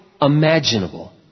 imaginable